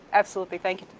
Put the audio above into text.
absolutely, thank